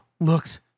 looks